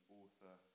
author